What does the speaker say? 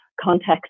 context